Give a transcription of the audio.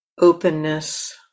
openness